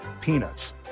Peanuts